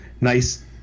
nice